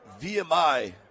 VMI